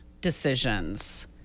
decisions